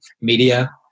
media